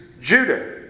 Judah